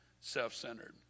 self-centered